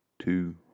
Two